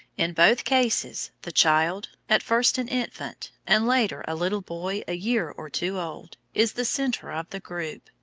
in both cases, the child, at first an infant, and later a little boy a year or two old, is the centre of the group,